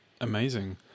Amazing